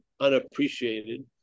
unappreciated